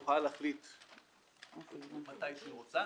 היא יכולה להחליט מתי שהיא רוצה.